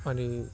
अनि